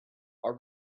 our